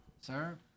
Sir